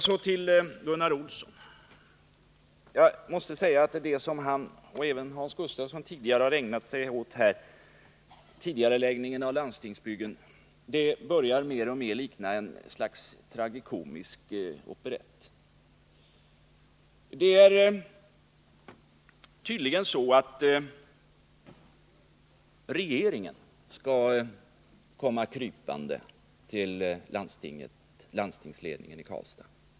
Så till Gunnar Olsson: Jag måste säga att det som han och även Hans Gustafsson tidigare i debatten har ägnat sig åt, nämligen frågan om tidigareläggning av landstingsbyggen, mer och mer börjar likna ett slags tragikomisk operett. Det är tydligen så att regeringen skall komma krypande till landstingsledningen i Karlstad.